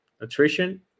nutrition